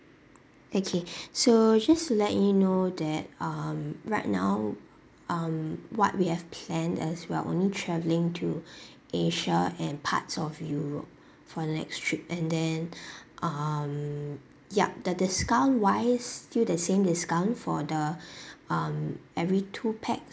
okay so just to let you know that um right now um what we have plan as we are only travelling to asia and parts of europe for the next trip and then um yup the discount wise is still the same discount for the um every two pax